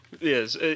Yes